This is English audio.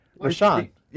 Rashawn